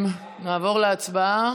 נעבור להצבעה.